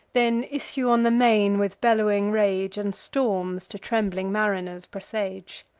then issue on the main with bellowing rage, and storms to trembling mariners presage.